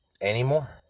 Anymore